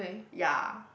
ya